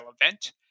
event